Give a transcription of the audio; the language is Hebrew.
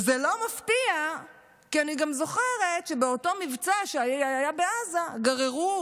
וזה לא מפתיע כי אני גם זוכרת שבאותו מבצע שהיה בעזה גררו